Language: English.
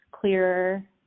clearer